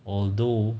although